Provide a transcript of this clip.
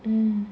mm